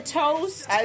toast